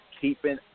keeping